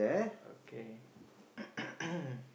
okay